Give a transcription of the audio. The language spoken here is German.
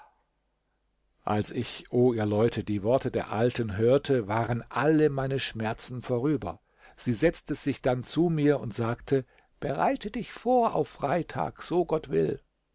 als ich o ihr leute die worte der alten hörte waren alle meine schmerzen vorüber sie setzte sich dann zu mir und sagte bereite dich vor auf freitag so gott will